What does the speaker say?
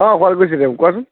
অঁ শুৱালকুছিতে কোৱাছোন